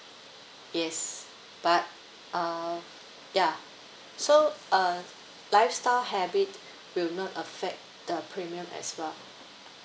yes but uh ya so uh lifestyle habit will not affect the premium as well